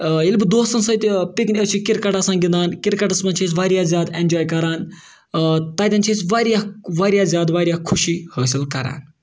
ییٚلہِ بہٕ دوستَن سۭتۍ پِکنہِ أسۍ چھِ کِرکٹ آسان گِںٛدان کِرکَٹَس منٛز چھِ أسۍ واریاہ زیادٕ اٮ۪نجاے کَران تَتٮ۪ن چھِ أسۍ واریاہ واریاہ زیادٕ واریاہ خوشی حٲصِل کَران